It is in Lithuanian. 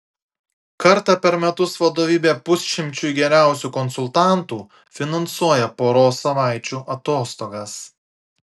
kartą per metus vadovybė pusšimčiui geriausių konsultantų finansuoja poros savaičių atostogas